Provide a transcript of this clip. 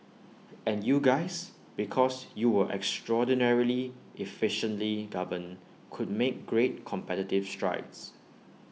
and you guys because you were extraordinarily efficiently governed could make great competitive strides